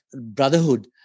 brotherhood